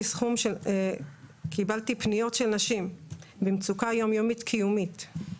פניות של נשים במצוקה יום-יומית קיומית.